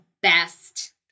best